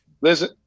Listen